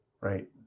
right